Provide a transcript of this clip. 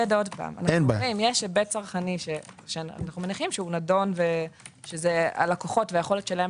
יש היבט צרכני שאנו מניחים שהוא נכון וזה הלקוחות והיכולת שלהם